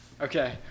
Okay